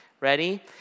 ready